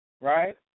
right